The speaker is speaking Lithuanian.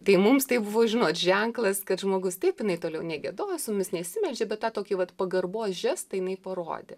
tai mums tai buvo žinot ženklas kad žmogus taip jinai toliau negiedojo su mumis nesimeldžia bet tą tokį vat pagarbos žestą jinai parodė